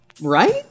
Right